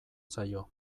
zaio